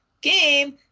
game